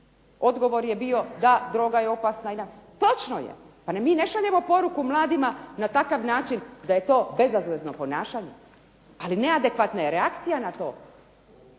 Odgovor je bio da droga je opasna. Točno je. Pa mi ne šaljemo poruku mladima na takav način da je to bezazleno ponašanje, ali neadekvatna je reakcija na to